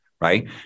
right